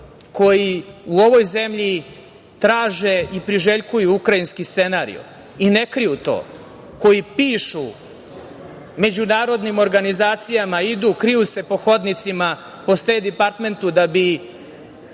koji u ovoj zemlji traže i priželjkuju ukrajinski scenario i ne kriju to, koji pišu međunarodnim organizacijama, idu, kriju se po hodnicima, po Stejt departmentu da bi